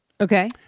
Okay